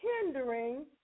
hindering